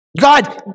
God